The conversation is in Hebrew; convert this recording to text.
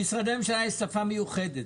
למשרדי הממשלה יש שפה מיוחדת,